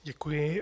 Děkuji.